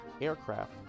aircraft